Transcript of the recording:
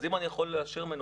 אז אם אני יכול לאשר מנופים,